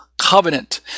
covenant